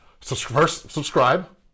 subscribe